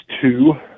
two